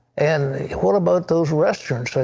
and what about those restaurants? the